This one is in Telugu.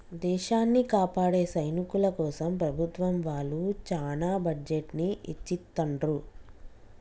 దేశాన్ని కాపాడే సైనికుల కోసం ప్రభుత్వం వాళ్ళు చానా బడ్జెట్ ని ఎచ్చిత్తండ్రు